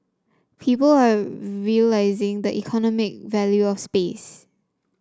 people are realizing the economic value of space